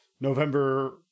November